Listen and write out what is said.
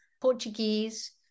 Portuguese